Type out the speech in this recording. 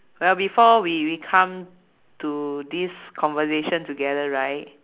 well before we we come to this conversation together right